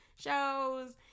shows